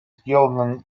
сделанным